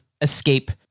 escape